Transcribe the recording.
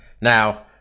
Now